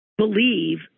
Believe